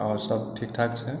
आओर सभ ठीक ठाक छै